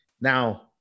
Now